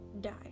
die